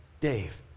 Dave